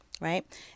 right